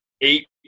eight